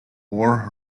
ore